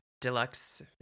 Deluxe